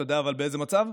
אתה יודע באיזה מצב?